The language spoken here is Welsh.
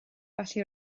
felly